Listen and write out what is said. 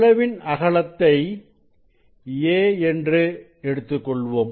பிளவின் அகலத்தை a என்று எடுத்துக்கொள்வோம்